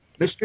Mr